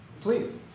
Please